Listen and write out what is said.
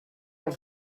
els